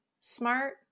smart